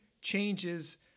changes